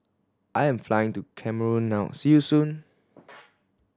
I'm flying to Cameroon now see you soon